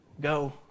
Go